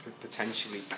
Potentially